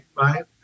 right